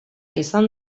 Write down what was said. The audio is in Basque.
izan